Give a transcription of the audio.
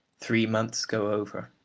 three months go over.